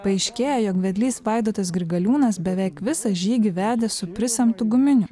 paaiškėja jog vedlys vaidotas grigaliūnas beveik visą žygį vedė su prisemtu guminiu